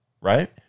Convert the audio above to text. right